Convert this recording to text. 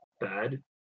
bad